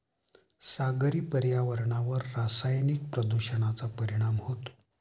सागरी पर्यावरणावर रासायनिक प्रदूषणाचा परिणाम होतो